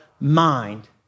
mind